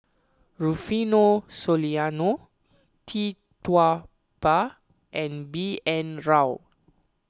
Rufino Soliano Tee Tua Ba and B N Rao